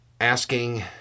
asking